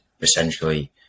essentially